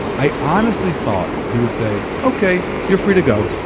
i honestly thought he would say ok, you're free to go.